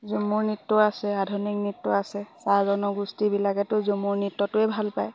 ঝুমুৰ নৃত্য আছে আধুনিক নৃত্য আছে চাহ জনগোষ্ঠীবিলাকেতো ঝমুৰ নৃত্যটোৱে ভাল পায়